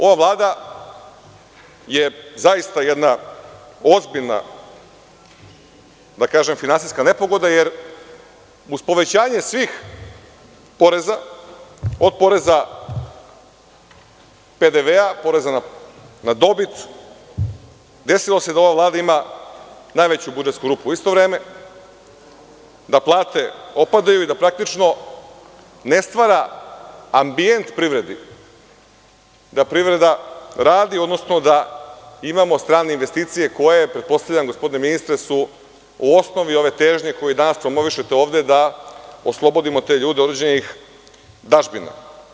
Ova Vlada je jedna zaista ozbiljna finansijska nepogoda, jer uz povećanje svih poreza, od poreza PDV-a, poreza na dobit, desilo se da ova Vlada ima najveću budžetsku rupu u isto vreme, da plate opadaju i da praktično ne stvara ambijent privredi da privreda radi, odnosno da imamo strane investicije koje, pretpostavljam, gospodine ministre, su u osnovi ove težnje koju danas promovišete ovde da oslobodimo te ljude određenih dažbina.